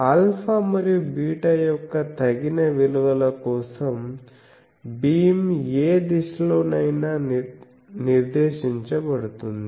α మరియు β యొక్క తగిన విలువల కోసం బీమ్ ఏ దిశలోనైనా నిర్దేశించబడుతుంది